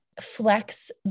flex